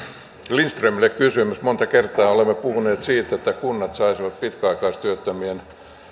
lindströmille kysymys monta kertaa olemme puhuneet siitä että kunnat saisivat pitkäaikaistyöttömien